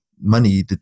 money